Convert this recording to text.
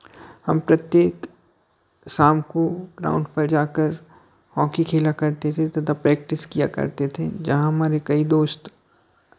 हम प्रत्येक शाम को ग्राउन्ड पर जाकर हॉकी खेला करते थे तो तब प्रैक्टिस किया करते थे जहां हमारे कई दोस्त